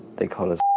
they called us